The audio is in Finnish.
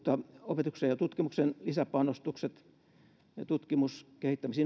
opetuksen ja tutkimuksen lisäpanostukset tutkimus kehittämis